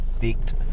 beaked